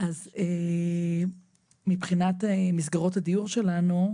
אז מבחינת מסגרות הדיור שלנו,